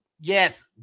Yes